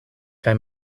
kaj